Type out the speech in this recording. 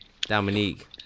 Dominique